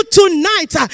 tonight